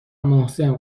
محسن